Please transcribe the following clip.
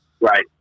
Right